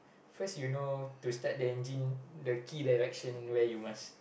first you know to start the engine the key direction where you must